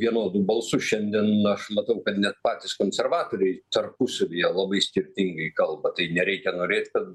vienodu balsu šiandien aš matau kad net patys konservatoriai tarpusavyje labai skirtingai kalba tai nereikia norėt kad